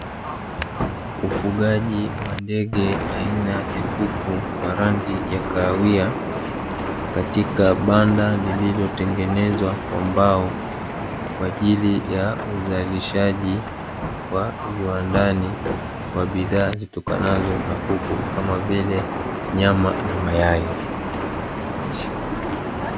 Ufugaji wa ndege aina ya kuku wa rangi ya kahawia katika banda lililotengenezwa kwa mbao, kwa ajili ya uzalishaji wa viwandani kwa bidhaa zitokanazo na kuku kama vile nyama na mayai.